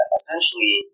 essentially